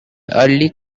early